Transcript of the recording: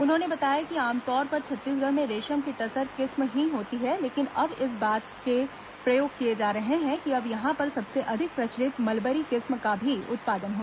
उन्होंने बताया कि आमतौर पर छत्तीसगढ़ में रेशम की टसर किस्म ही होती है लेकिन अब इस बात के प्रयोग किए जा रहे हैं कि अब यहां पर सबसे अधिक प्रचलित मलबरी किस्म का भी उत्पादन हो